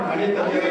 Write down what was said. אתה מדבר